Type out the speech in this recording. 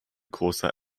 großer